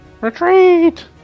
retreat